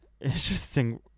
interesting